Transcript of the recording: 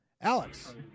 Alex